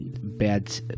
bad